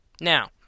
Now